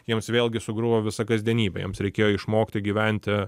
jiems vėlgi sugriuvo visa kasdienybė jiems reikėjo išmokti gyventi